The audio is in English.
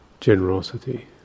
generosity